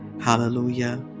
Hallelujah